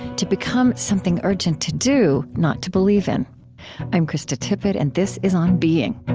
to become something urgent to do, not to believe in i'm krista tippett, and this is on being